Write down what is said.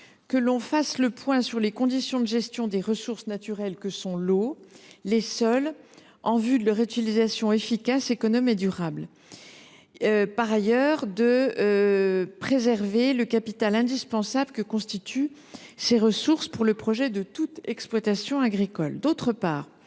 que l’on fasse le point sur les conditions de gestion des ressources naturelles que sont l’eau et les sols, en vue de leur utilisation efficace, économe et durable. Il est important de préserver le capital indispensable que constituent ces ressources pour le projet de toute exploitation agricole.